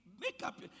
makeup